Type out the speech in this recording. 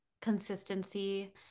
consistency